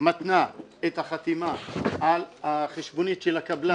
מתנה את החתימה על החשבונית של הקבלן